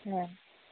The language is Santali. ᱦᱮᱸ